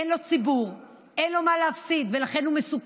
אין לו ציבור, אין לו מה להפסיד, ולכן הוא מסוכן.